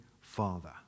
father